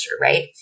right